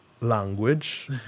language